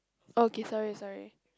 okay sorry sorry